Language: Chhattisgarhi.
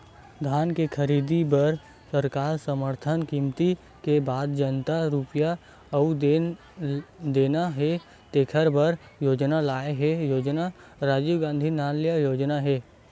धान के खरीददारी बर सरकार समरथन कीमत के बाद जतना रूपिया अउ देना हे तेखर बर योजना लाए हे योजना राजीव गांधी न्याय योजना हे